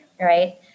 right